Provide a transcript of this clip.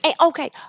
Okay